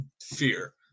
fear